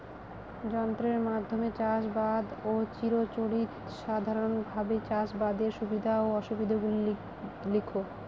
যন্ত্রের মাধ্যমে চাষাবাদ ও চিরাচরিত সাধারণভাবে চাষাবাদের সুবিধা ও অসুবিধা গুলি লেখ?